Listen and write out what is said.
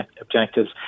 objectives